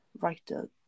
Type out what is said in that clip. writer